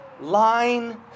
line